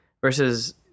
Versus